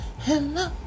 hello